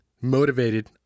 motivated